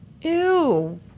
Ew